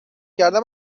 کردن